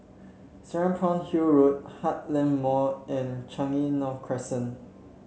Serapong Hill Road Heartland Mall and Changi North Crescent